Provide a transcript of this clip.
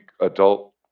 adult